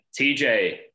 TJ